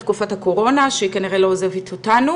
או בתקופת הקורונה שכנראה לא עוזבת אותנו.